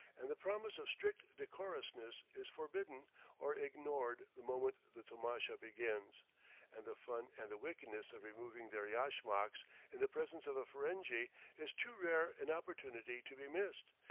and the promise of strict decorousness is forgotten or ignored the moment the tomasha begins and the fun and the wickedness of removing their yashmaks in the presence of a ferenghi is too rare an opportunity to be missed,